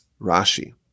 Rashi